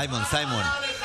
סימון, סימון.